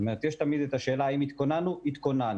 תמיד יש את השאלה האם התכוננו אכן התכוננו.